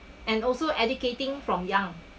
and also educating from young